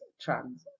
trans